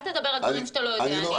אל תדבר על דברים שאתה לא יודע.